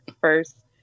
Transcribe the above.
first